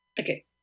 Okay